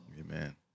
Amen